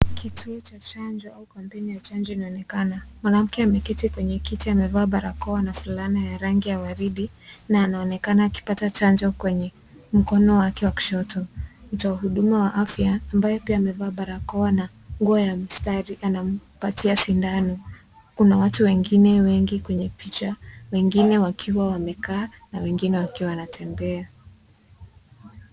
Kituo cha chanjo au kampeni ya chanjo inaonekana. Mwanamke ameketi kwenye kiti amevaa barakoa na fulana ya rangi ya waridi na anaonekana akipata chanjo kwenye mkono wake wa kushoto. Mtoa huduma ya afya ambaye pia amevaa barakoa na nguo ya mistari anampatia sindano. Kuna watu wengine wengi kwenye picha, wengine wakiwa wamekaa na wengine wakiwa wanatembea.